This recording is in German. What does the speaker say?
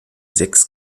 sechs